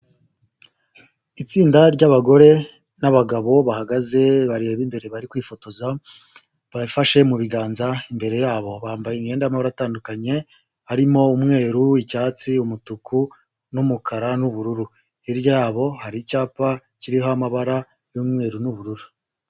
Itsinda ryabagore n'abagabo bahagaze, bareba imbere, bari kwifotoza, bayifashe mu biganza, imbere yabo bambaye imyenda y'amara atandukanye, harimo umweru, icyatsi, umutuku, n'umukara, n'ubururu. Hirya yabo hari icyapa kiriho amabara y'umweru n'ubururu.